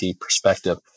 perspective